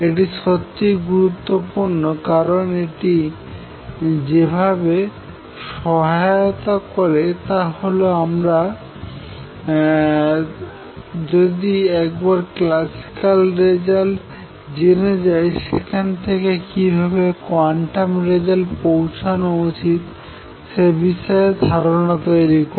এটি সত্যিই গুরুত্বপূর্ণ কারণ এটি যেভাবে সহায়তা করে তা হল আমরা যদি একবার ক্লাসিক্যাল রেজাল্ট জেনে যাই সেখান থেকে কিভাবে কোয়ান্টাম রেজাল্টে পৌঁছানো উচিত সে বিষয়ে ধারনা তৈরি করে